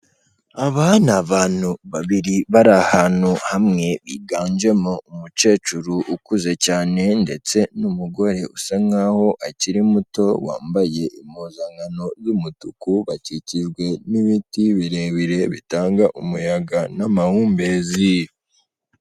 Aba ni abantu babiri bari ahantu hamwe, biganjemo umukecuru ukuze cyane ndetse n'umugore usa nkaho akiri muto, wambaye impuzankano y'umutuku, bakikijwe n'ibiti birebire bitanga umuyaga n'amahumbezi.